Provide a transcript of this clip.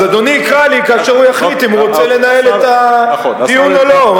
אז אדוני יקרא לי כאשר הוא יחליט אם הוא רוצה לנהל את הדיון או לא,